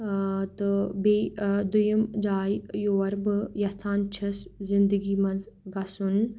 تہٕ بیٚیہِ دۄیم جاے یور بہٕ یَژھان چھس زِنٛدَگِی منٛز گَژھُن